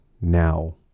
now